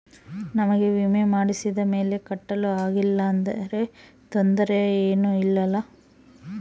ನಮಗೆ ವಿಮೆ ಮಾಡಿಸಿದ ಮೇಲೆ ಕಟ್ಟಲು ಆಗಿಲ್ಲ ಆದರೆ ತೊಂದರೆ ಏನು ಇಲ್ಲವಾ?